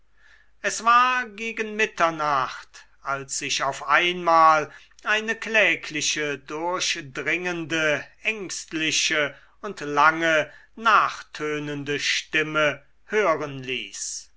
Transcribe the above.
es war gegen mitternacht als sich auf einmal eine klägliche durchdringende ängstliche und lange nachtönende stimme hören ließ